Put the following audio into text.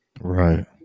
Right